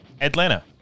Atlanta